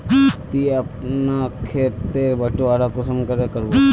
ती अपना खेत तेर बटवारा कुंसम करे करबो?